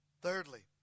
Thirdly